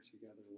together